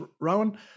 Rowan